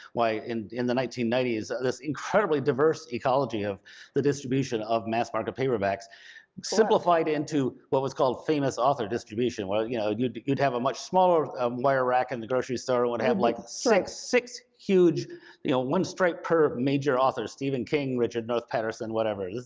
why in in the nineteen ninety s, this incredibly diverse ecology of the distribution of mass market paperbacks simplified into what was called famous author distribution. you know, you'd you'd have a much smaller um wire rack, and the grocery store would have like so like six huge you know one stripe per major author, stephen king, richard north patterson, whatever.